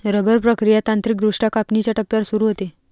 rubber प्रक्रिया तांत्रिकदृष्ट्या कापणीच्या टप्प्यावर सुरू होते